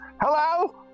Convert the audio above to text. Hello